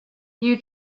you